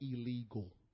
illegal